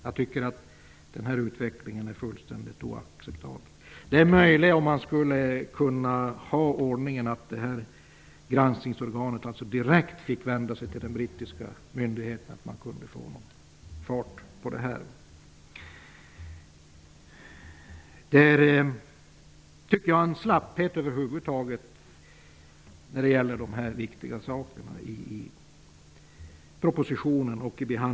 Jag tycker att denna utveckling är fullständigt oacceptabel. Det är möjligt att man bättre kunde komma åt det här, om man hade den ordningen att granskningsorganet direkt fick vända sig till den brittiska myndigheten. Jag tycker över huvud taget att det är en slapphet i propositionen när det gäller dessa viktiga saker.